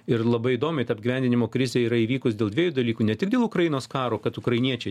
ir labai įdomiai ta apgyvendinimo krizė yra įvykus dėl dviejų dalykų ne tik dėl ukrainos karo kad ukrainiečiai